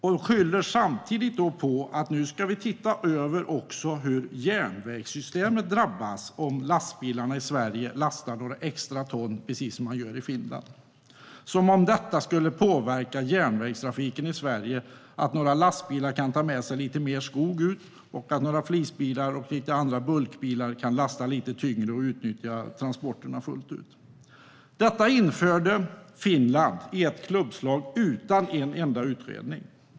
De skyllde på att de också skulle se hur järnvägssystemet drabbas om lastbilarna i Sverige lastar några extra ton, precis som man gör i Finland, som om det skulle påverka järnvägstrafiken i Sverige att några lastbilar kan ta med sig lite mer skog och att några flisbilar och bulkbilar kan lasta lite tyngre och utnyttja transporterna fullt ut. Detta införde Finland med ett klubbslag utan en enda utredning.